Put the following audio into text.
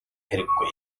хэрэггүй